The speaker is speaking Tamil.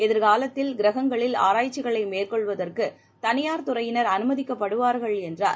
எதிர்காவத்தில் கிரகங்களில் ஆராய்சிக்களை மேற்கொள்ளுவதற்கு தனியார் துறையினர் அனுமதிக்கப்படுவார்கள் என்றார்